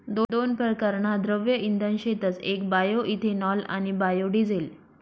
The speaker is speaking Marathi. दोन परकारना द्रव्य इंधन शेतस येक बायोइथेनॉल आणि बायोडिझेल